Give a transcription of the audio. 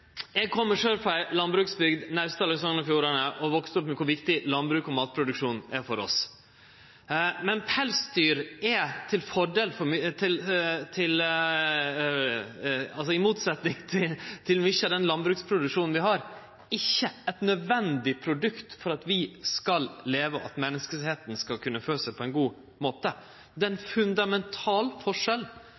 Eg kjem sjølv frå ei landbruksbygd, Naustdal i Sogn og Fjordane, og har vakse opp med kor viktig landbruks- og matproduksjonen er for oss. Men pelsdyr er – i motsetnad til mykje av den landbruksproduksjonen vi har – ikkje eit nødvendig produkt for at vi skal kunne leve, og for at alle menneske skal kunne fø seg på ein god måte. Det er ein fundamental forskjell